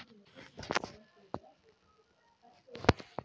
Health insurance ಎಷ್ಟು ಜನರನ್ನು ತಗೊಳ್ಬಹುದು?